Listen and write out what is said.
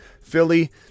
Philly